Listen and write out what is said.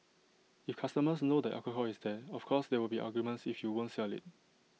if customers know the alcohol is there of course there will be arguments if you won't sell IT